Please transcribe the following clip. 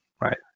right